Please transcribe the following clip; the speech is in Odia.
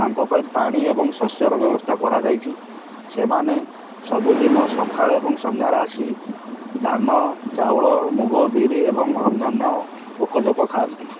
ତାଙ୍କ ପାଇଁ ପାଣି ଏବଂ ଶସ୍ୟର ବ୍ୟବସ୍ଥା କରାଯାଇଛି ସେମାନେ ସବୁଦିନ ସଖାଳେ ଏବଂ ସନ୍ଧ୍ୟାରେ ଆସି ଧାନ ଚାଉଳ ମୁଗ ବିରି ଏବଂ ଅନ୍ୟାନ୍ୟ ପୋକଜୋକ ଖାଆନ୍ତି